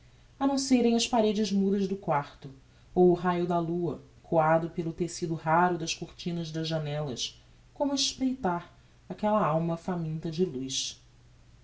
a não serem as paredes mudas do quarto ou o raio de lua coado pelo tecido raro das cortinas das janellas como a espreitar aquella alma faminta de luz